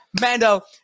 mando